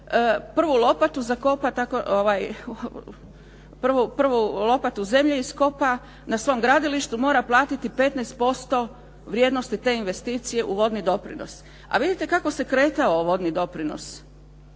prvu lopatu zemlje iskopa na svom gradilištu mora platiti 15% vrijednosti te investicije u vodni doprinos. A vidite kako se kretao vodni doprinos.